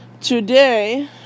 today